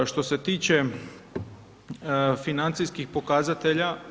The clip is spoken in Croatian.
Što se tiče financijskih pokazatelja